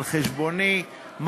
על חשבוני,